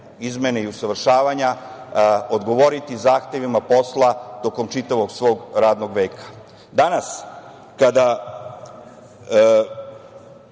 izmene i usavršavanja odgovoriti zahtevima posla tokom čitavog svog radnog veka.